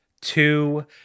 Two